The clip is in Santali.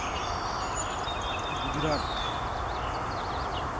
ᱜᱩᱡᱨᱟᱴ